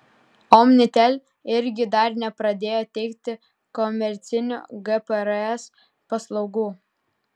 omnitel irgi dar nepradėjo teikti komercinių gprs paslaugų